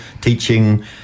teaching